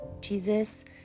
Jesus